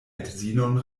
edzinon